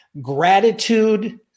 gratitude